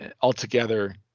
altogether